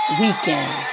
weekend